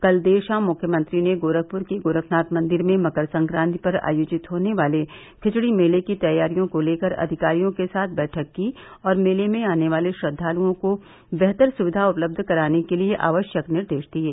कल देर शाम मुख्यमंत्री ने गोरखपुर के गोरखनाथ मंदिर में मकर संक्रांति पर आयोजित होने वाले खिचड़ी मेले की तैयारियों को लेकर अधिकारियों के साथ बैठक की और मेले में आने वाले श्रद्वाल्ओं को बेहतर सुविधा उपलब्ध कराने के लिये आवश्यक निर्देश दिये